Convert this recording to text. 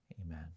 amen